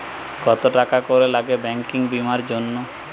কত টাকা করে লাগে ব্যাঙ্কিং বিমার জন্য?